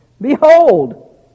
behold